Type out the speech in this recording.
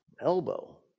elbow